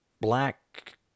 Black